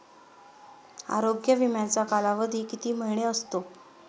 आरोग्य विमाचा कालावधी किती महिने असतो?